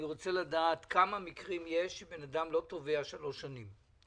אני רוצה לדעת כמה מקרים שבן אדם לא תובע שלוש שנים.